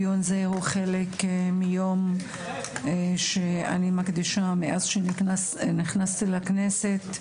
דיון זה הוא חלק מיום שאני מקדישה מאז שנכנסתי לכנסת,